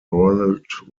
ronald